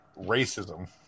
Racism